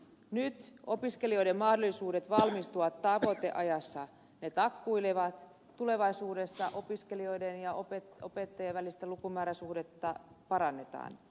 nyt opiskelijoiden mahdollisuudet valmistua tavoiteajassa takkuilevat tulevaisuudessa opiskelijoiden ja opettajien välistä lukumääräsuhdetta parannetaan